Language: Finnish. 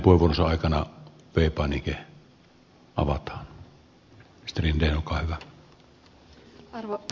tässä vaiheessa kiitoksia